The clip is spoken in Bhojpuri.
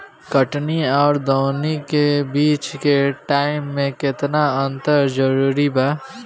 कटनी आउर दऊनी के बीच के टाइम मे केतना अंतर जरूरी बा?